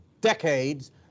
decades